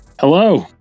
Hello